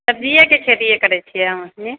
सब्जिए के खेती करै छियै अहाँ सभी